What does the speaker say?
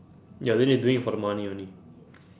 ya then they doing it for the money only